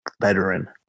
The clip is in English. veteran